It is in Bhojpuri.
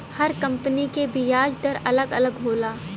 हर कम्पनी के बियाज दर अलग अलग होला